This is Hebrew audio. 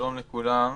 שלום לכולם.